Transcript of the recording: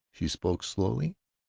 she spoke slowly.